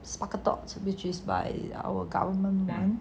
sparkle tots which is by our government man